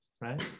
right